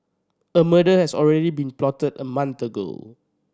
a murder has already been plotted a month ago